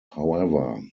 however